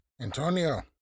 Antonio